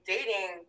Dating